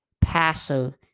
passer